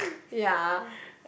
ya